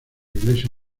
iglesia